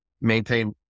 maintain